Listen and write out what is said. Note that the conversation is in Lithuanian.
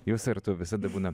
jūs ar tu visada būna